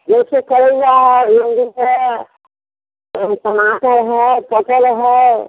जैसे करैला है भिंडी है और टमाटर है पटल है